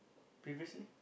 previously